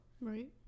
right